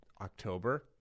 October